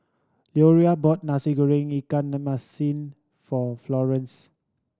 Leroy bought Nasi Goreng ikan masin for Florence